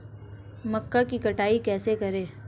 मक्का की कटाई कैसे करें?